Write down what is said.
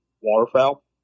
waterfowl